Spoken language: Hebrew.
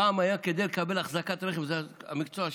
פעם כדי לקבל אחזקת רכב, וזה המקצוע שלי,